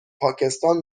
پاکستان